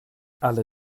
alle